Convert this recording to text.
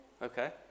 Okay